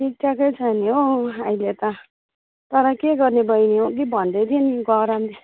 ठिकठाकै छ नि हौ अहिले त तर के गर्ने बहिनी अघि भन्दै थिएँ नि गरम